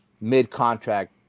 mid-contract